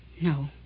No